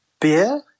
beer